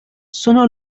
sono